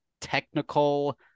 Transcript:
technical